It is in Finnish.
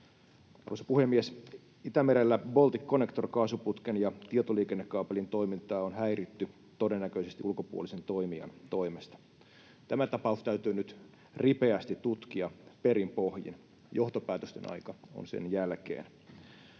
Arvoisa puhemies! Itämerellä Balticconnector-kaasuputken ja tietoliikennekaapelin toimintaa on häiritty todennäköisesti ulkopuolisen toimijan toimesta. Tämä tapaus täytyy nyt ripeästi tutkia perinpohjin, johtopäätösten aika on sen jälkeen.